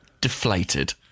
deflated